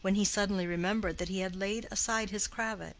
when he suddenly remembered that he had laid aside his cravat,